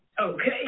Okay